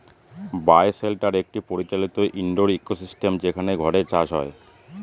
বায় shelter একটি পরিচালিত indoor ecosystem যেখানে ঘরে চাষ হয়